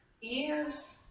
years